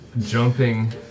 jumping